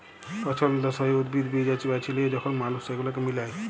পছল্দসই উদ্ভিদ, বীজ বাছে লিয়ে যখল মালুস সেগুলাকে মিলায়